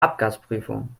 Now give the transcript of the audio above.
abgasprüfung